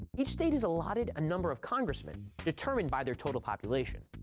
each state is allotted a number of congressmen determined by their total population.